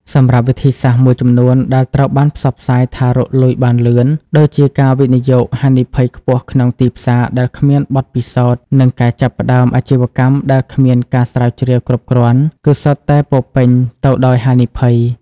សម្រាប់វិធីសាស្ត្រមួយចំនួនដែលត្រូវបានផ្សព្វផ្សាយថារកលុយបានលឿន ដូចជាការវិនិយោគហានិភ័យខ្ពស់ក្នុងទីផ្សារដែលគ្មានបទពិសោធន៍ និងការចាប់ផ្តើមអាជីវកម្មដែលគ្មានការស្រាវជ្រាវគ្រប់គ្រាន់ គឺសុទ្ធតែពោរពេញទៅដោយហានិភ័យ។